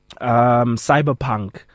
cyberpunk